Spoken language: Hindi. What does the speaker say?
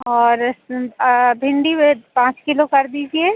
और भिंडी वे पाँच किलो कर दीजिए